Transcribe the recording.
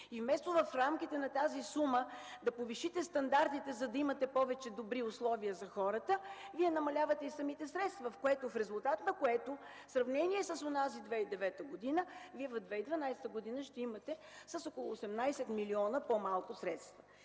и вместо в рамките на тази сума да повишите стандартите, за да имате повече добри условия за хората, намалявате самите средства, в резултат на което, в сравнение с онази 2009 г., през 2012 г. ще имате с около 18 милиона по-малко средства.